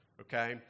okay